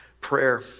prayer